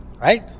right